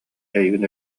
эйигин